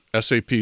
SAP